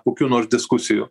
kokių nors diskusijų